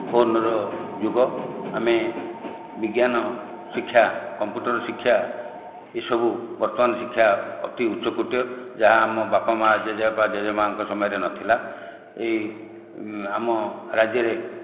ଫୋନର ଯୁଗ ଆମେ ବିଜ୍ଞାନ ଶିକ୍ଷା କମ୍ପୁଟର ଶିକ୍ଷା ଏସବୁ ବର୍ତ୍ତମାନ ଶିକ୍ଷା ଅତି ଉଚ୍ଚ କୋଟିର ଯାହା ଆମ ବାପା ମା' ଜେଜେ ବାପା ଜେଜେ ମାଙ୍କ ସମୟରେ ନଥିଲା ଏଇ ଆମ ରାଜ୍ୟରେ